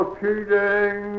cheating